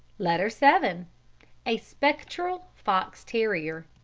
letter seven a spectral fox-terrier